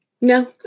No